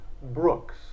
Brooks